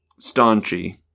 staunchy